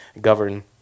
govern